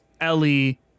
Ellie